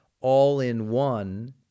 all-in-one